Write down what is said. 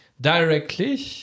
directly